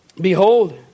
Behold